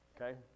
Okay